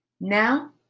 Now